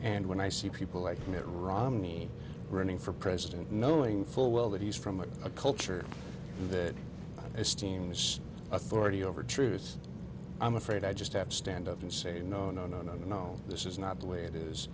and when i see people like mitt romney running for president knowing full well that he's from a culture that esteem is authority over truths i'm afraid i just have to stand up and say no no no no no this is not the way it is